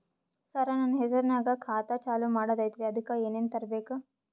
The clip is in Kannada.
ಸರ, ನನ್ನ ಹೆಸರ್ನಾಗ ಖಾತಾ ಚಾಲು ಮಾಡದೈತ್ರೀ ಅದಕ ಏನನ ತರಬೇಕ?